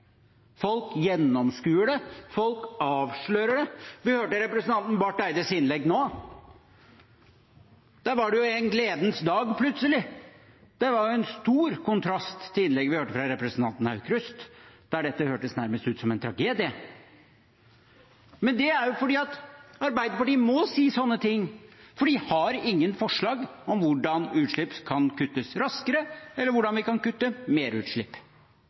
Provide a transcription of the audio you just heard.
Folk gjennomskuer det, folk avslører det. Vi hørte representanten Barth Eides innlegg nå. Der var det en gledens dag plutselig. Det var en stor kontrast til innlegget vi hørte fra representanten Aukrust, der det nærmest hørtes ut som en tragedie. Men det er fordi Arbeiderpartiet må si sånne ting, for de har ingen forslag om hvordan utslipp kan kuttes raskere, eller hvordan vi kan kutte